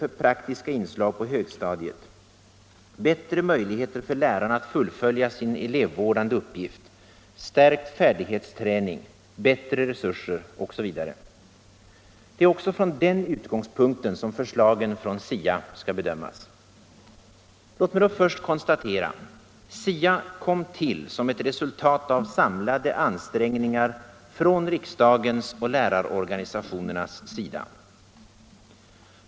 för praktiska inslag på högstadiet, bättre möjligheter för lärarna att fullfölja sin elevvårdande uppgift, stärkt färdighetsträning, bättre resurser osv. Det är också från den utgångspunkten som förslagen från SIA skall bedömas. Låt mig då först konstatera: SIA kom till som ett resultat av samlade ansträngningar från riksdagens och lärarorganisationernas sida.